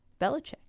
Belichick